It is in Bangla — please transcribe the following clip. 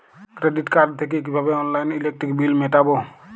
ক্রেডিট কার্ড থেকে কিভাবে অনলাইনে ইলেকট্রিক বিল মেটাবো?